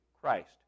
Christ